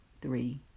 three